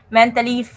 mentally